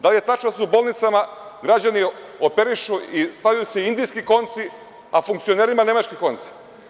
Da li je tačno da su bolnicama, građani operišu i stavljaju se indijski konci, a funkcionerima nemački konci?